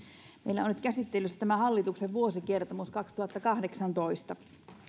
meillä on nyt käsittelyssä hallituksen vuosikertomus kaksituhattakahdeksantoista